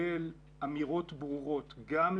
אנחנו למשל רואים את הפעילות שאנחנו רוצים,